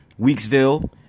Weeksville